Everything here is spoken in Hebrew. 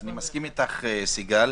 אני מסכים אותך, סיגל.